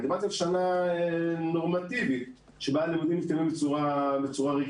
דיברתם על שנה נורמטיבית שבה הלימודים מסתיימים בצורה רגילה.